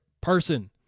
person